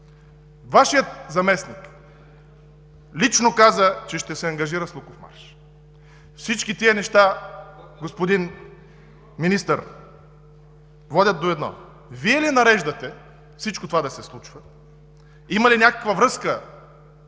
Вашият заместник лично каза, че ще се ангажира с Луковмарш. Всички тези неща, господин Министър, водят до едно: Вие ли нареждате всичко това да се случва, има ли някаква връзка